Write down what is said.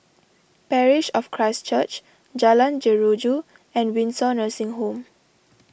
Parish of Christ Church Jalan Jeruju and Windsor Nursing Home